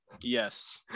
Yes